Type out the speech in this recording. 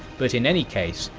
but in any case,